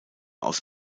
aus